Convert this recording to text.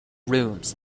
rooms